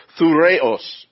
thureos